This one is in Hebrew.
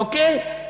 אוקיי?